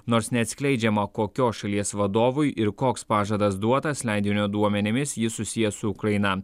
nors neatskleidžiama kokios šalies vadovui ir koks pažadas duotas leidinio duomenimis jis susijęs su ukraina